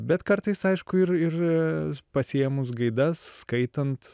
bet kartais aišku ir ir pasiėmus gaidas skaitant